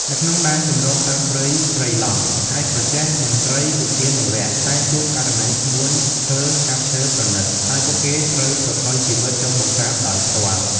នៅក្នុង ដែនជម្រកសត្វព្រៃព្រៃឡង់ ខេត្តក្រចេះ មន្ត្រីឧទ្យានុរក្សតែងជួបករណីឈ្មួញឈើកាប់ឈើប្រណីត ហើយពួកគេត្រូវប្រថុយជីវិតចុះបង្ក្រាបដោយផ្ទាល់។